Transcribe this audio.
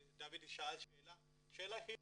דוד שאל שאלה ששאלנו